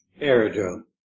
aerodrome